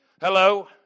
Hello